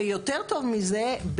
ויותר טוב מזה,